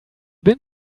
been